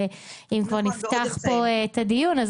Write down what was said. ואם נפתח פה הדיון,